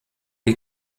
die